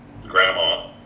grandma